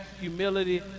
humility